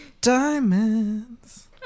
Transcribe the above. diamonds